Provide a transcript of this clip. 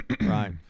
Right